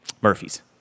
Murphy's